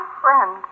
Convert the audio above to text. friend